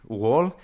wall